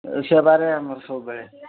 ସେବାରେ ଆମର ସବୁବେଳେ